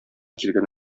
килгән